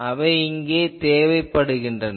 அவை இங்கே தேவைப்படுகின்றன